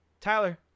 tyler